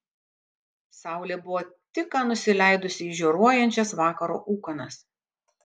saulė buvo tik ką nusileidusi į žioruojančias vakaro ūkanas